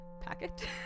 packet